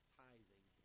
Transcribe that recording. tithing